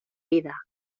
vida